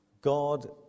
God